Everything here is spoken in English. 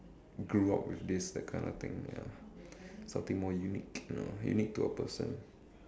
grew up with this kind of thing ya something more unique you know unique to a person